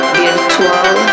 virtual